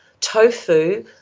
tofu